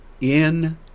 in-